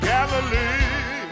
Galilee